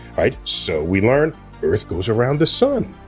right? so we learn earth goes around the sun.